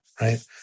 right